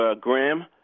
Graham